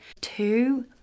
two